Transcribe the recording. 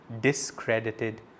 discredited